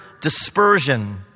dispersion